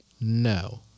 no